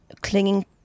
clinging